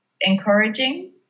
encouraging